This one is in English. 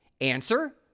Answer